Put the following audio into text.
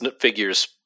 figures